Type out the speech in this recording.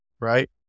Right